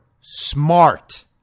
smart